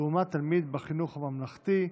לעומת תלמיד בחינוך הממלכתי,